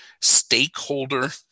stakeholder